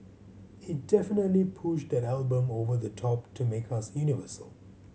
it definitely pushed that album over the top to make us universal